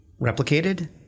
replicated